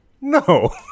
no